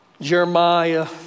Jeremiah